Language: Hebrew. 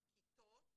כיתות,